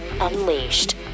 Unleashed